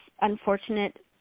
unfortunate